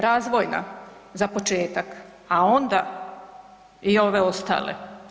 Razvojna za početak, a onda i ove ostale.